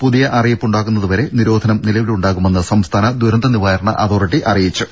പുതിയ അറിയിപ്പ് ഉണ്ടാകുന്നതുവരെ നിരോധനം നിലവിലുണ്ടാകുമെന്ന് സംസ്ഥാന ദുരന്ത നിവാരണ അതോറിറ്റി അറിയിച്ചു